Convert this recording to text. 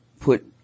put